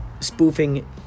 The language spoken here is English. Spoofing